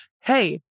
hey